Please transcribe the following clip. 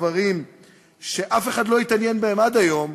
ואת אחד הדברים שאף אחד לא התעניין בהם עד היום,